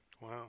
Wow